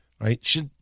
right